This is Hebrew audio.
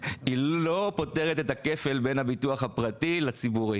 היא לא פותרת את הכפל בין הביטוח הפרטי לציבורי.